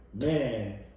man